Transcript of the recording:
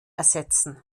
ersetzen